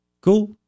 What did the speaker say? Cool